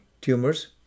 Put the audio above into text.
tumors